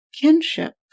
kinship